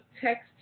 text